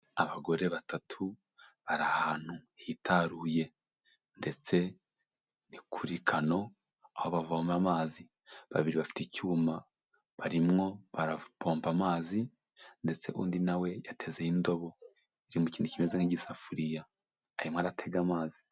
Abagore batatu bari ahantu hitaruye ndetse ni kuri kano aho bavoma amazi, babiri bafite icyuma barimo barapomba amazi ndetse undi na we yatezeho indobo iri mu kindi kimeze nk'igisafuriya arimo aratega amazi.